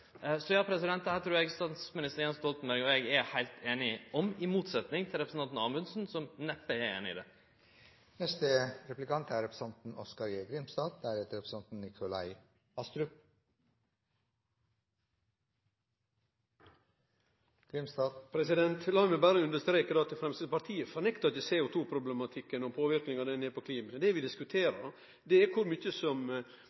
Så ja, der trur eg statsminister Jens Stoltenberg og eg er heilt einige, medan representanten Amundsen neppe er einig med oss. La meg berre understreke at Framstegspartiet ikkje fornektar CO2-problematikken og påverknaden CO2 har på klimaet. Det vi